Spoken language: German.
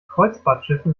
kreuzfahrtschiffe